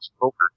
poker